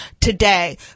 today